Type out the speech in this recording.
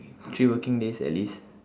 three working days at least